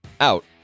Out